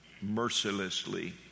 mercilessly